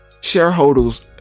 shareholders